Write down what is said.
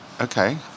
Okay